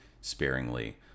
sparingly